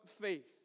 faith